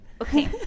Okay